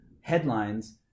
headlines